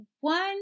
one